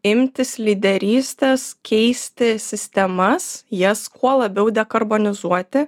imtis lyderystės keisti sistemas jas kuo labiau dekarbonizuoti